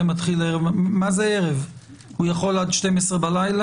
עד 24:00?